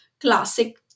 classic